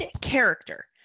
character